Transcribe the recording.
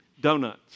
donuts